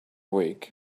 week